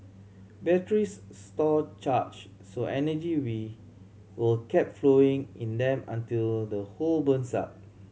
batteries store charge so energy will keep flowing in them until the whole burns up